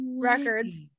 records